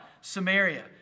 Samaria